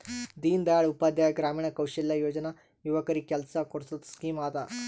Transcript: ದೀನ್ ದಯಾಳ್ ಉಪಾಧ್ಯಾಯ ಗ್ರಾಮೀಣ ಕೌಶಲ್ಯ ಯೋಜನಾ ಯುವಕರಿಗ್ ಕೆಲ್ಸಾ ಕೊಡ್ಸದ್ ಸ್ಕೀಮ್ ಅದಾ